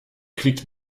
klickt